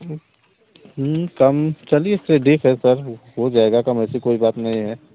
कम चलिए फिर है सर हो जाएगा काम ऐसी कोई बात नही है